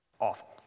Awful